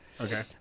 Okay